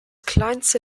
kleinste